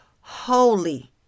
holy